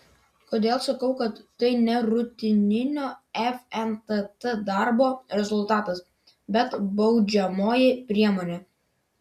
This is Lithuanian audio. kodėl sakau kad tai ne rutininio fntt darbo rezultatas bet baudžiamoji priemonė